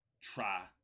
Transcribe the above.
try